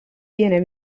viene